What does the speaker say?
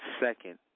second